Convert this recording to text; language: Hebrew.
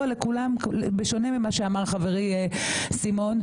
בשונה ממה שאמר חברי סימון,